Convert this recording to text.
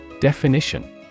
Definition